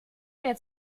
mehr